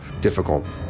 difficult